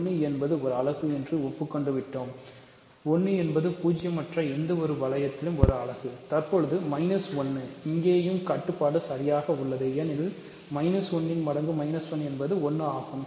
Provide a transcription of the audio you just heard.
1 என்பது ஒரு அலகு என்று ஒப்புக்கொண்டோம் 1 என்பது பூஜ்ஜியமற்ற எந்த வளையத்திலும் ஒரு அலகு தற்போது 1 இங்கேயும் கட்டுப்பாடு சரியாக உள்ளது ஏனெனில் 1 மடங்கு 1 என்பது 1ஆகும்